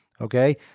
Okay